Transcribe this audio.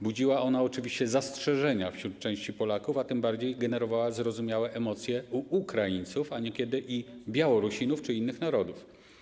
Budziła ona oczywiście zastrzeżenia wśród części Polaków, a tym bardziej generowała zrozumiałe emocje u Ukraińców, a niekiedy i Białorusinów czy innych narodów.